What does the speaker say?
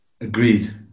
Agreed